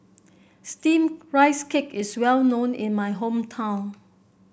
steamed Rice Cake is well known in my hometown